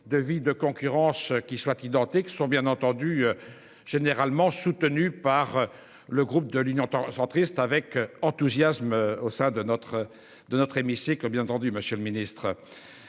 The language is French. de vie de concurrence qui soit identique, ce sont bien entendu généralement je soutenue par le groupe de l'Union centriste avec enthousiasme au sein de notre de notre hémicycle bien entendu Monsieur le Ministre.